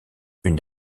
une